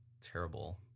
terrible